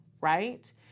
right